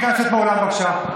נא לצאת מהאולם, בבקשה.